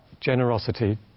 generosity